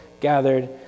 gathered